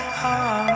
heart